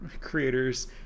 creators